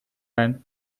and